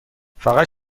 فقط